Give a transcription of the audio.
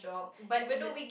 but in the